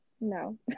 No